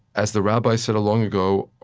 as the rabbi said long ago,